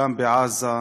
גם בעזה.